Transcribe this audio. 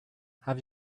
have